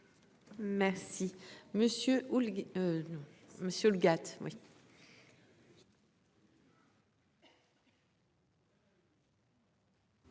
Merci